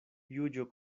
juĝo